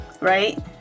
right